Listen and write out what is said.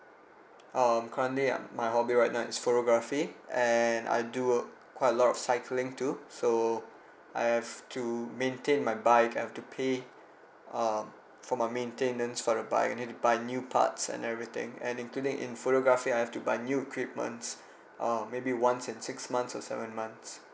um currently I'm my hobby right now is photography and I do a quite a lot of cycling too so I have to maintain my bike I have to pay um for my maintenance for the bike I need to buy new parts and everything and including in photography I have to buy new equipments um maybe once in six months or seven months